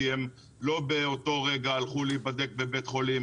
כי הם לא באותו הרגע הלכו להיבדק בבית חולים,